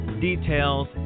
details